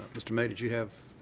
mr. may, did you have